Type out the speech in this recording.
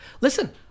Listen